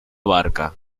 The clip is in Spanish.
barca